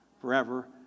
forever